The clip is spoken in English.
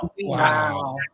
Wow